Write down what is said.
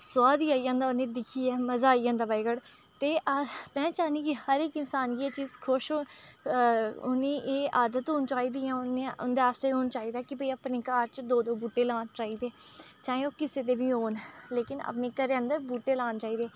सुआद गै आई जंदा उ'नेंगी दिक्खियै मज़ा आई जंदा बाई गार्ड ते आ में चाह्न्नीं आं गी हर इक इंसान गी एह् चीज़ खुश होई उ'नेंगी एह् आदत होनी चाहि्दी उ'नें उं'दे आस्तै होना चाहिदा कि भई अपने घर च दो दो बूह्टे लाने चाहि्दे चाहें ओह् किसै दे ब होन लेकिन अपने घरै अंदर बूह्टे लाने चाहिदे